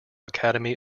academy